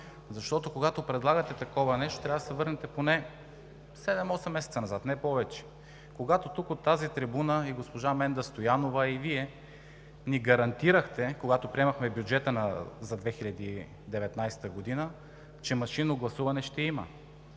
Когато предлагате такова нещо, трябва да се върнете поне седем-осем месеца назад, не повече, когато от тази трибуна и госпожа Менда Стоянова, и Вие, ни гарантирахте, когато приемахме бюджета за 2019 г., че машинно гласуване ще има.